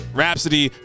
Rhapsody